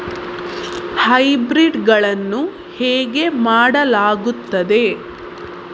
Hybrid ಗಳನ್ನು ಹೇಗೆ ಮಾಡಲಾಗುತ್ತದೆ?